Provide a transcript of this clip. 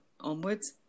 onwards